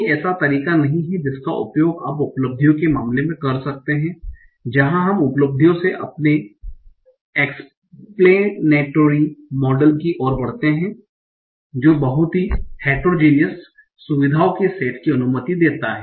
कोई ऐसा तरीका नहीं है जिसका उपयोग आप उपलब्धियों के मामले में कर सकते हैं जहा हम उपलब्धियों से अपने एक्सप्लेनेटरी मॉडल की ओर बढ़ते हैं जो बहुत ही हेट्रोजीनियस सुविधाओं के सेट की अनुमति देता है